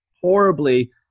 horribly